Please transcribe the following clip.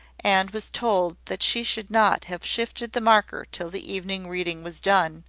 and was told that she should not have shifted the marker till the evening reading was done,